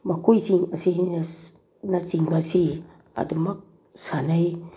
ꯃꯈꯣꯏꯁꯤꯡ ꯑꯁꯤꯅꯆꯤꯡꯕꯁꯤ ꯑꯗꯨꯝꯃꯛ ꯁꯥꯟꯅꯩ